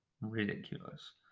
ridiculous